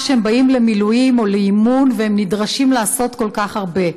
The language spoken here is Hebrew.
שהם באים למילואים או לאימון והם נדרשים לעשות כל כך הרבה,